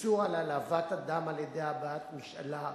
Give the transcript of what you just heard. איסור העלבת אדם על-ידי הבעת משאלה,